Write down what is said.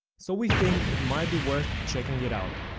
so we think it might be worth checking it out.